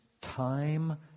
Time